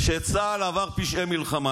שצה"ל עשה פשעי מלחמה.